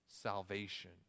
salvation